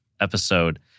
episode